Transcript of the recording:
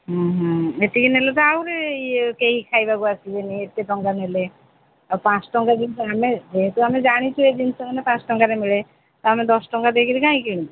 ହୁଁ ହୁଁ ଏତିକି ନେଲେ ତ ଆହୁରି କେହି ଖାଇବାକୁ ଆସିବେନି ଏତେ ଟଙ୍କା ନେଲେ ଆଉ ପାଞ୍ଚ ଟଙ୍କା କିନ୍ତୁ ଆମେ ଯେହେତୁ ଆମେ ଜାଣିଛୁ ଏଇ ଜିନିଷ ମାନେ ପାଞ୍ଚ ଟଙ୍କାରେ ମିଳେ ତ ଆମେ ଦଶ ଟଙ୍କା ଦେଇ କରି କାଇଁ କିଣିବୁ